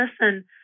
listen –